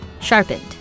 sharpened